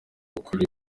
gukora